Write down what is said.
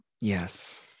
Yes